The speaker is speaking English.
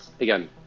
Again